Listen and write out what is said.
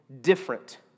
different